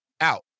out